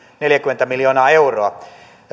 neljäkymmentä miljoonaa euroa